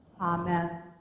Amen